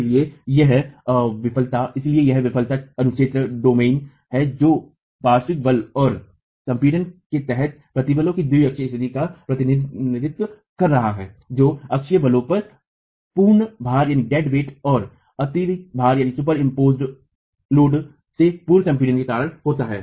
इसलिए यह विफलता अनुक्षेत्र है जो पार्श्व बल और संपीड़न के तहत प्रतिबलों की द्विअक्षीय स्थिति का प्रतिनिधित्व कर रहा है जो अक्षीय बलों पूर्ण भार और अतिभारित भार से पूर्व संपीड़न के कारण होता है